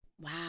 Wow